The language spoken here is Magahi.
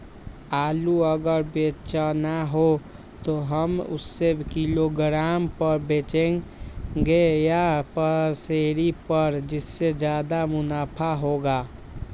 आलू अगर बेचना हो तो हम उससे किलोग्राम पर बचेंगे या पसेरी पर जिससे ज्यादा मुनाफा होगा?